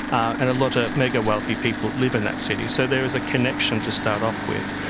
and a lot of mega-wealthy people live in that city, so there is a connection to start off with.